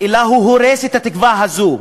אלא הוא הורס את התקווה הזאת.